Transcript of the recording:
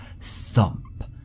thump